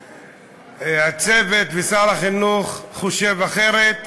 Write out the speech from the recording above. הצוות ושר החינוך חושבים אחרת,